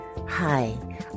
Hi